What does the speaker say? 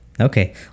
Okay